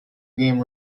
game